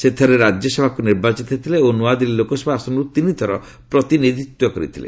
ସେ ଥରେ ରାଜ୍ୟସଭାକୁ ନିର୍ବାଚିତ ହୋଇଥିଲେ ଓ ନୂଆଦିଲ୍ଲୀ ଲୋକସଭା ଆସନରୁ ତିନିଥର ପ୍ରତିନିଧିତ୍ୱ କରିଥିଲେ